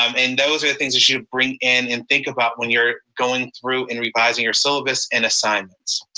um and those are the things that you bring in and think about when you're going through and revising your syllabus and assignments.